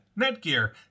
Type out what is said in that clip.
Netgear